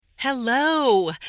Hello